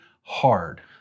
hard